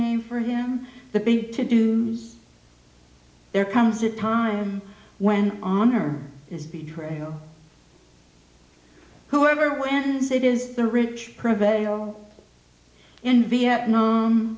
name for him the big to do there comes a time when honor is betrayal whoever wins it is the rich prevail in vietnam